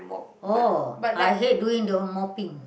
oh I hate doing the mopping